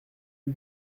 lui